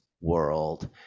world